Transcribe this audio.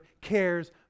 cares